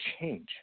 change